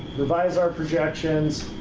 revise our projections,